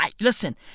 listen